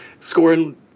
scoring